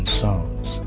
songs